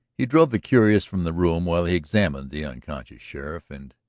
he drove the curious from the room while he examined the unconscious sheriff and,